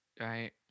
right